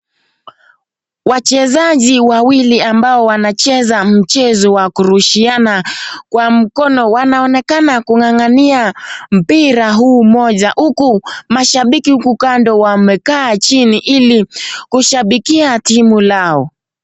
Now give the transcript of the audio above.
Wachezaji wawili ambao wanacheza mchezo wa kurushiana kwa mkono wanaonekana kung'ang'ania mpira huu moja. Huku mashabiki huku kando wamekaa chini ili kushabikia timu lao.